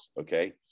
Okay